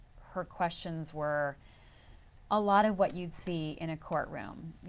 her questions were a lot of what you would see in a courtroom.